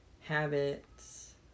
habits